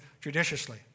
judiciously